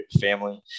family